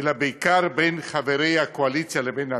אלא בעיקר בין חברי הקואליציה לבין עצמם,